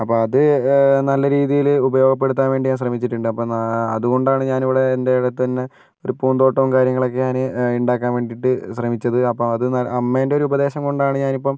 അപ്പം അത് നല്ല രീതിയിൽ ഉപയോഗപ്പെടുത്താൻ വേണ്ടി ഞാൻ ശ്രമിച്ചിട്ടുണ്ട് അപ്പം എന്നാൽ അതുകൊണ്ടാണ് ഞാനിവിടെ എൻ്റെടുത്ത് തന്നെ ഒരു പൂന്തോട്ടവും കാര്യങ്ങളൊക്കെ ഞാൻ ഉണ്ടാക്കാൻ വേണ്ടിയിട്ട് ശ്രമിച്ചത് അപ്പം അത് നാ അമ്മേൻ്റെ ഒരു ഉപദേശം കൊണ്ടാണ് ഞാനിപ്പം